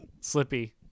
Slippy